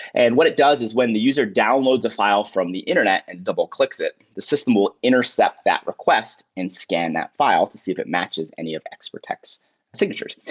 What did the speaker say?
and what it does is when the user downloads a file from the internet and double clicks it, the system will intercept that request and scan that file to see if it matches any of xprotect's signatures.